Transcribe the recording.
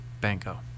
Banco